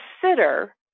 consider